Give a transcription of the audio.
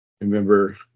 remember